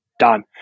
done